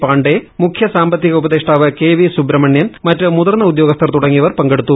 പാണ്ഡെ മുഖ്യ സാമ്പത്തിക ഉപദേഷ്ടാവ് കെ വി സുബ്രഹ്മണ്യൻ മറ്റു മുതിർന്ന ഉദ്യോഗസ്ഥർ തുടങ്ങിയവർ പങ്കെടുത്തു